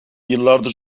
yıllardır